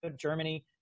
Germany